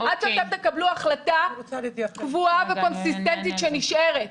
עד שאתם תקבלו החלטה קבועה וקונסיסטנטית שנשארת.